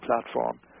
Platform